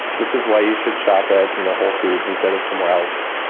this is why you should shop at you know whole foods instead of somewhere else,